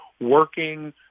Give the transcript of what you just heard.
working